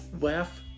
laugh